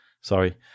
sorry